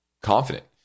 confident